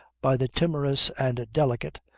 by the timorous and delicate,